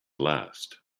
last